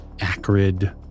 acrid